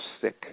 sick